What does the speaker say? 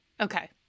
Okay